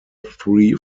three